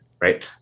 right